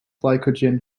glycogen